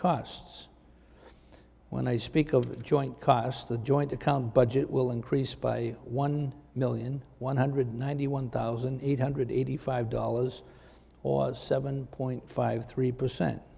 costs when i speak of the joint costs the joint account budget will increase by one million one hundred ninety one thousand eight hundred eighty five dollars or seven point five three percent